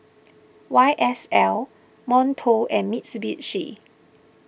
Y S L Monto and Mitsubishi